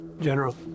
General